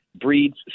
breeds